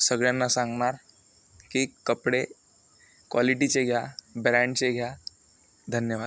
सगळ्यांना सांगणार की कपडे कॉलिटीचे घ्या ब्रॅंडचे घ्या धन्यवाद